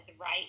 right